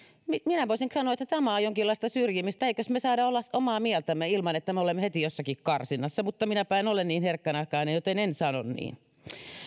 minä voisin sanoa että tämä on jonkinlaista syrjimistä emmekös me saa olla omaa mieltämme ilman että me olemme heti jossakin karsinassa mutta minäpä en ole niin herkkänahkainen joten en sano niin